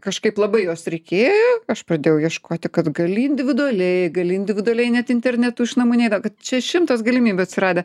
kažkaip labai jos reikėjo aš pradėjau ieškoti kad gali individualiai gali individualiai net internetu iš namų neina kad čia šimtas galimybių atsiradę